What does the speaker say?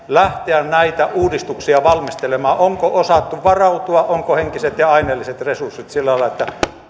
lähteä näitä uudistuksia valmistelemaan onko osattu tähän varautua ovatko henkiset ja aineelliset resurssit sillä lailla että